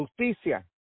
justicia